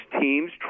teams